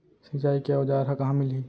सिंचाई के औज़ार हा कहाँ मिलही?